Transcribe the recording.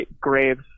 Graves